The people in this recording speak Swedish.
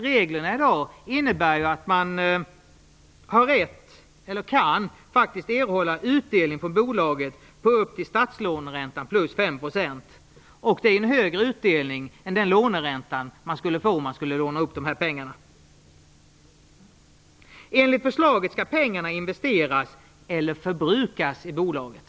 Reglerna innebär ju i dag att man kan erhålla utdelning från bolaget på upp till statslåneränta plus 5 %. Det är en högre utdelning än den låneränta man skulle få om man lånade upp de här pengarna. Enligt förslaget skall pengarna investeras eller förbrukas i bolaget.